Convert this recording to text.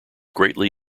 greatly